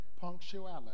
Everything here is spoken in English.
punctuality